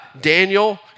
Daniel